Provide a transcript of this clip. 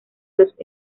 los